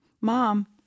Mom